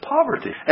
Poverty